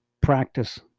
practice